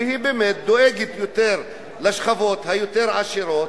שבאמת דואגת יותר לשכבות היותר-עשירות,